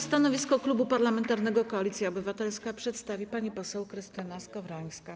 Stanowisko Klubu Parlamentarnego Koalicja Obywatelska przedstawi pani poseł Krystyna Skowrońska.